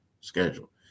schedule